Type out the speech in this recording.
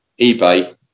EBay